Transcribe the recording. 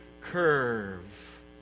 curve